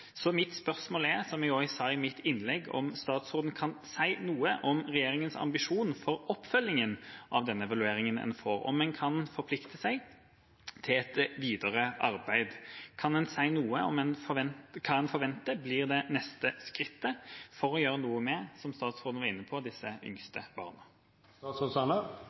Så mitt spørsmål er, som jeg også sa i mitt innlegg: Kan statsråden si noe om regjeringas ambisjon for oppfølgingen av den evalueringen en får – om en kan forplikte seg til et videre arbeid? Kan han si noe om hva en forventer blir det neste skrittet for å gjøre noe for de yngste barna, som statsråden var inne på?